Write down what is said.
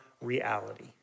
reality